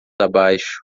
abaixo